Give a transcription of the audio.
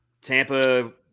Tampa